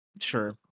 sure